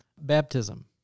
Baptism